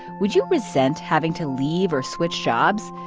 would you resent having to leave or switch jobs?